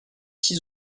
six